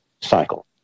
cycle